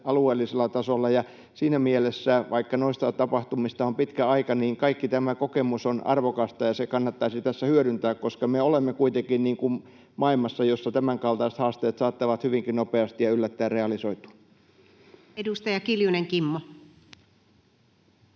välissä. Siinä mielessä, vaikka noista tapahtumista on pitkä aika, kaikki tämä kokemus on arvokasta, ja se kannattaisi tässä hyödyntää, koska me olemme kuitenkin maailmassa, jossa tämänkaltaiset haasteet saattavat hyvinkin nopeasti ja yllättäen realisoitua. Edustaja Kiljunen, Kimmo.